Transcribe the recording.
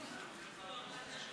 פה: